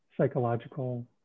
psychological